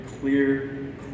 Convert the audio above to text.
clear